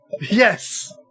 Yes